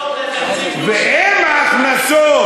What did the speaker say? בין הכנסות